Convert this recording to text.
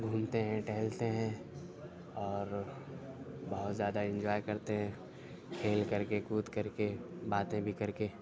گھومتے ہیں ٹہلتے ہیں اور بہت زیادہ انجوائے کرتے ہیں کھیل کر کے کود کر کے باتیں بھی کر کے